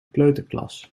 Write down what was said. kleuterklas